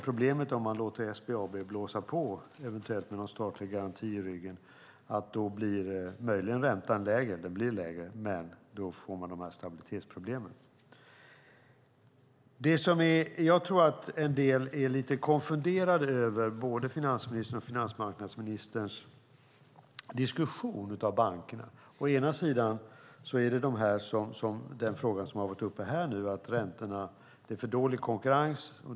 Problemet om man låter SBAB blåsa på, eventuellt med någon statlig garanti i ryggen, är att även om räntan möjligen blir lägre får man stabilitetsproblem. En del är nog lite konfunderade över finansministerns och finansmarknadsministerns diskussion om bankerna. Man tar upp frågan om räntorna och om att det är för dålig konkurrens.